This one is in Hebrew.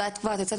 מתי כבר את יוצאת,